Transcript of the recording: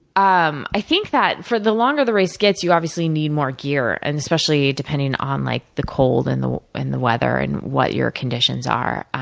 um i think that for the longer the race gets, you obviously need more gear. and especially depending on like the cold, and the and the weather, and what your conditions are.